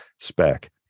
spec